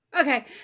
Okay